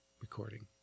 recording